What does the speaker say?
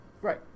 Right